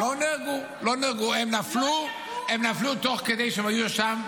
לא נהרגו, הם נפלו תוך כדי שהם היו שם.